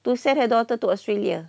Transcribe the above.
to send her daughter to australia